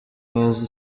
bazi